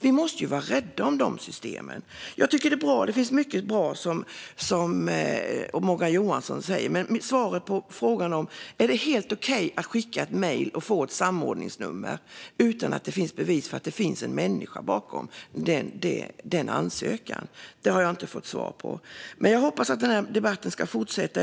Vi måste vara rädda om de systemen. Jag tycker att det finns mycket bra i det som Morgan Johansson säger, men frågan om det är helt okej att skicka ett mejl och få ett samordningsnummer utan bevis för att det finns en människa bakom ansökan har jag inte fått svar på. Jag hoppas att den här debatten ska fortsätta.